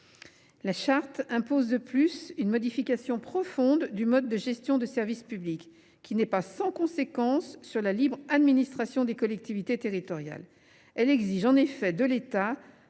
la charte impose une modification profonde du mode de gestion des services publics, laquelle ne serait pas sans conséquence sur la libre administration des collectivités territoriales. Elle exige en effet de l’État